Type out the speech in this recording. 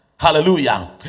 Hallelujah